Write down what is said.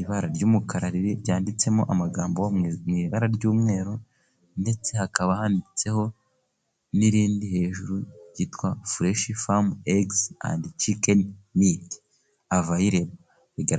ibara ry'umukara, ryanditsemo amagambo nw'ibara ry'umweru ndetse hakaba handitseho n'irindi hejuru, ryitwa fureshi famu egizi andi cikeni miti avayirebo bigaragara.